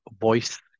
voice